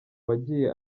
wagiye